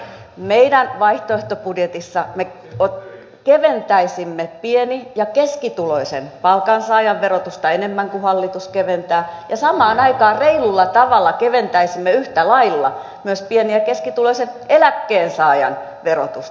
meidän vaihtoehtobudjetissamme me keventäisimme pieni ja keskituloisen palkansaajan verotusta enemmän kuin hallitus keventää ja samaan aikaan reilulla tavalla keventäisimme yhtä lailla myös pieni ja keskituloisen eläkkeensaajan verotusta